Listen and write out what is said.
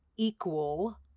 equal